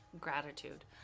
gratitude